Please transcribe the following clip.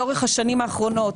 לאורך השנים האחרונות